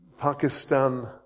Pakistan